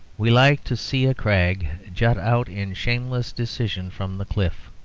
we like to see a crag jut out in shameless decision from the cliff,